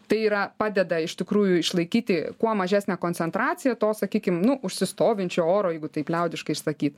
tai yra padeda iš tikrųjų išlaikyti kuo mažesnę koncentraciją to sakykim nu užsistovinčio oro jeigu taip liaudiškai sakyt